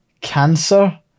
cancer